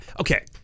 Okay